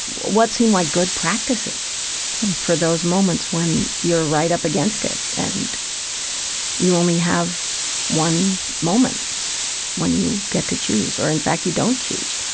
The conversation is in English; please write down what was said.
what seem like good practices for those moments when you're right up against it and you only have one moment when you get to choose or, in fact, you don't choose.